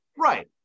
Right